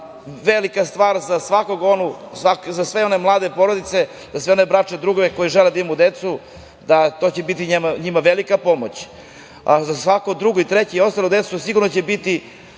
velika stvar za sve one mlade porodice, za sve one bračne drugove koji žele da imaju decu, to će biti njima velika pomoć. Za svako drugo, treće i ostalu decu sigurno će biti